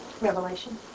Revelation